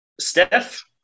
Steph